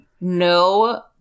no